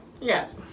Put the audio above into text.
yes